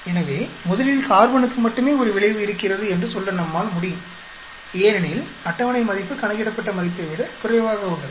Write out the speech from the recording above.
எனவே முதலில் கார்பனுக்கு மட்டுமே ஒரு விளைவு இருக்கிறது என்று சொல்ல நம்மால் முடியும் ஏனெனில் அட்டவணை மதிப்பு கணக்கிடப்பட்ட மதிப்பை விட குறைவாக உள்ளது